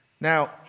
Now